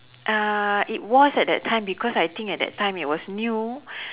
uh it was at that time because I think at that time it was new